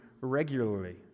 regularly